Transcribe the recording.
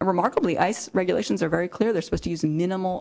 and remarkably ice regulations are very clear they're supposed to use minimal